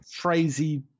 crazy